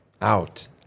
out